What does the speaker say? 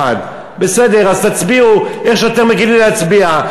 בסדר, אז תצביעו איך שאתם רגילים להצביע.